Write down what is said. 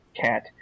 cat